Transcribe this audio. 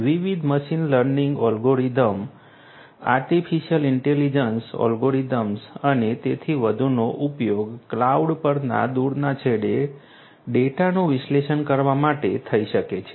વિવિધ machine learning algorithms artificial intelligence algorithms અને તેથી વધુનો ઉપયોગ ક્લાઉડ પરના દૂરના છેડે ડેટાનું વિશ્લેષણ કરવા માટે થઈ શકે છે